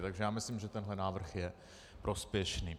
Takže myslím, že tenhle návrh je prospěšný.